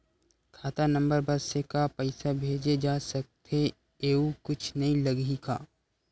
खाता नंबर बस से का पईसा भेजे जा सकथे एयू कुछ नई लगही का?